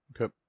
Okay